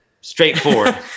straightforward